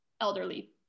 elderly